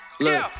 Look